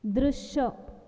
दृश्य